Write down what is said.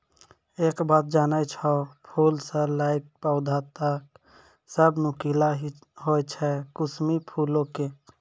एक बात जानै छौ, फूल स लैकॅ पौधा तक सब नुकीला हीं होय छै कुसमी फूलो के